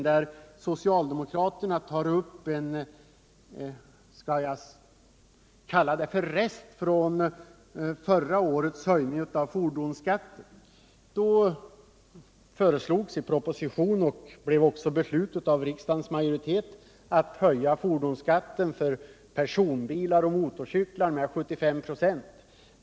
5 april 1978 Socialdemokraterna tar där upp vad jag vill kalla en rest från förra årets höjning av fordonsskatten. Riksdagsmajoriteten beslöt då i enlighet med propositionsförslag att höja fordonsskatten för personbilar och motorcyklar med 75 96.